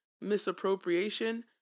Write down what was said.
misappropriation